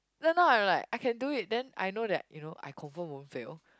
then now I'm like I can do it then I know that you know I confirm won't fail